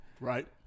Right